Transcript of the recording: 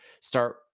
start